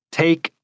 take